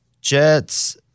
Jets